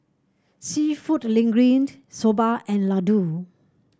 seafood Linguine Soba and Ladoo